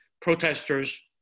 protesters